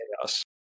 Chaos